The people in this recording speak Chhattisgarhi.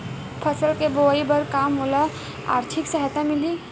फसल के बोआई बर का मोला आर्थिक सहायता मिलही?